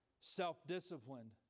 self-disciplined